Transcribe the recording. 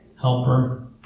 helper